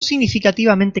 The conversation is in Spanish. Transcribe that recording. significativamente